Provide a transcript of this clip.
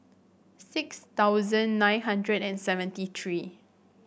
six thousand nine hundred and seventy three